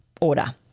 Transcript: order